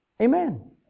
Amen